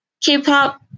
K-pop